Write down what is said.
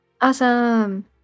Awesome